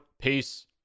peace